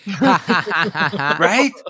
Right